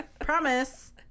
promise